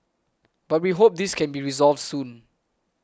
but we hope this can be resolved soon